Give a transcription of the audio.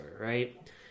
right